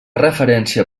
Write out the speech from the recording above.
referència